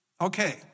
Okay